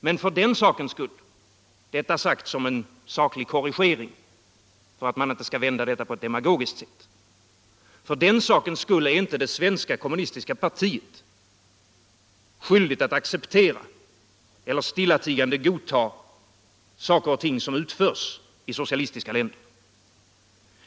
Men för den sakens skull — detta sagt som en saklig korrigering, för att detta inte skall vändas på ett demagogiskt sätt — är inte det svenska kommunistiska partiet skyldigt att acceptera eller stillatigande godta saker och ting som utförs i socialistiska länder.